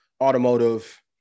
automotive